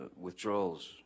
withdrawals